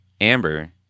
Amber